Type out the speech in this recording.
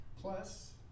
Plus